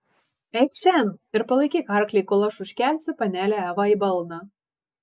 eikš šen ir palaikyk arklį kol aš užkelsiu panelę evą į balną